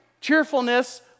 cheerfulness